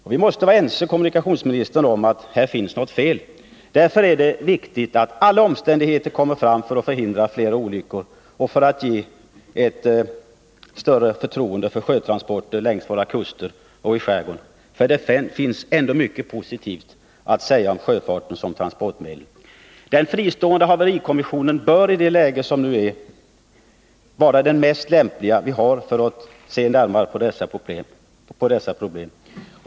Och vi måste vara ense om, kommunikationsministern, att det finns något fel i det här systemet. Därför är det viktigt att alla omständigheter kommer fram — detta för att förhindra fler olyckor och för att ge ett större förtroende för sjötransporter längs våra kuster och i skärgården. Det finns ändå mycket positivt att säga om sjöfarten som transportmedel. Den fristående haverikommissionen bör i det läge som nu råder vara den mest lämpliga för att se närmare på dessa problem.